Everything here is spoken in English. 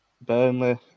Burnley